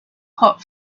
hot